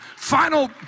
Final